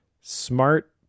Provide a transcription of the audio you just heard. smart